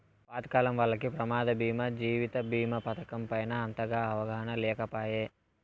పాతకాలం వాల్లకి ప్రమాద బీమా జీవిత బీమా పతకం పైన అంతగా అవగాహన లేకపాయె